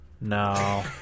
No